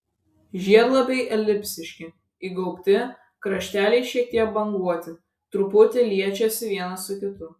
žiedlapiai elipsiški įgaubti krašteliai šiek tiek banguoti truputį liečiasi vienas su kitu